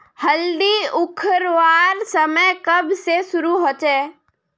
हल्दी उखरवार समय कब से शुरू होचए?